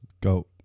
Go